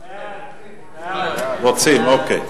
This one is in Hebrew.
רוצים, אוקיי.